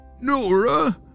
Nora